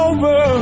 Over